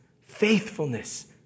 faithfulness